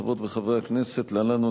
חברות וחברי הכנסת,